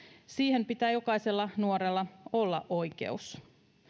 siihen pitää jokaisella nuorella olla oikeus